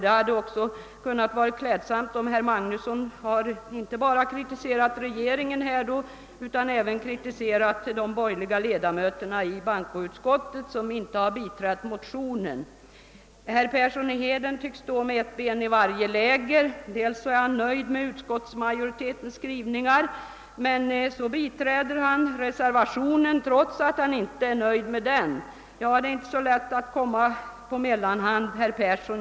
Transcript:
Det hade också varit klädsamt om herr Magnusson i Borås inte bara hade kritiserat regeringen utan även kritiserat de borgerliga ledamöterna i bankoutskottet som inte har biträtt motionen. Herr Persson i Heden tycks stå med ett ben i varje läger, d. v. s. han är nöjd med utskottsmajoritetens skrivningar men ändå biträder han reservationen, trots att han inte är nöjd med den. Det är inte så lätt att komma på mellanhand, herr Persson.